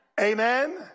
Amen